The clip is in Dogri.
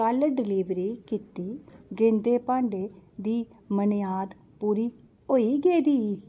कल डलीवरी कीती गेदे भांडें दी मनेआद पूरी होई गेदी ही